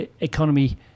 economy